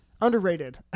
Underrated